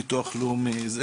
הביטוח הלאומי ועוד.